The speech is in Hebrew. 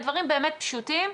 דברים באמת פשוטים,